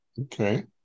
okay